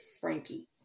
Frankie